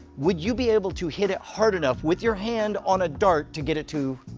would you be able to hit it hard enough with your hand on a dart to get it to